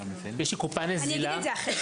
יש לי קופה נזילה.